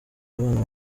abana